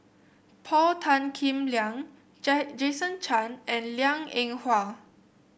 Paul Tan Kim Liang Jason Chan and Liang Eng Hwa